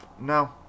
no